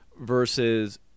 versus